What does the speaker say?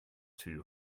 too